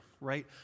right